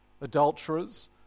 adulterers